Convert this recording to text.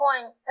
point